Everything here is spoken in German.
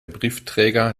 briefträger